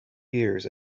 years